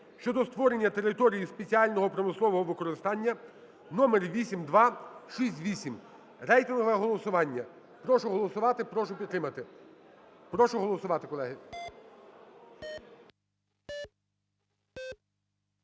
щодо створення території спеціального промислового використання (№ 8268) рейтингове голосування. Прошу голосувати і прошу підтримати. Прошу голосувати, колеги.